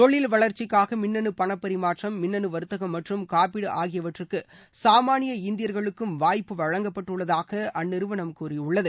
தொழில் வளர்ச்சிக்காக மின்னனு பணப்பரிமாற்றம் மின்னனு வர்த்தகம் மற்றும் காப்பீடு ஆகியவற்றுக்கு சாமானிய இந்தியர்களுக்கும் வாய்ப்பு வழங்கப்பட்டுள்ளதாக அந்நிறுவனம் கூறியுள்ளது